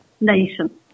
nation